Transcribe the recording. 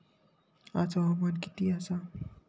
आज हवामान किती आसा?